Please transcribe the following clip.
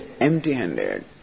empty-handed